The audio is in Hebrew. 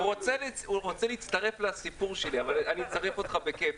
-- הוא רוצה להצטרף לסיפור שלי ואני אצרף אותך בכיף,